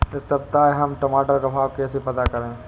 इस सप्ताह का हम टमाटर का भाव कैसे पता करें?